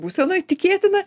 visąlaik tikėtina